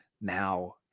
now